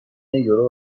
یورو